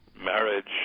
Marriage